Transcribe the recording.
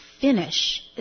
finish